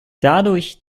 dadurch